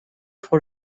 pour